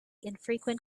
infrequent